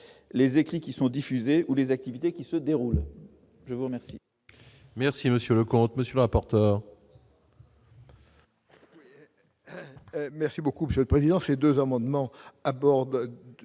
les écrits qui sont diffusés ou les activités qui se déroulent je vous remercie. Merci monsieur le comte, monsieur le rapporteur. Merci beaucoup monsieur président ces 2 amendements aborde